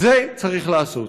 את זה צריך לעשות.